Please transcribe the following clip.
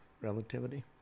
relativity